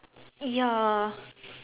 ya